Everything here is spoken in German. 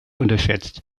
unterschätzt